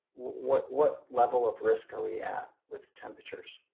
what what level of risk are we at with temperatures?